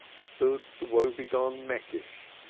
stood the woe-begone meckisch,